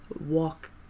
Walk